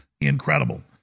incredible